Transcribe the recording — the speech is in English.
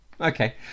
Okay